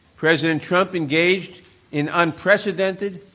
president trump engaged in unprecedented,